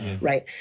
right